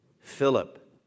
Philip